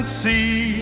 see